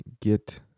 get